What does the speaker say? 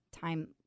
time